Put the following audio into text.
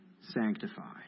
sanctified